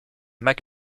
mac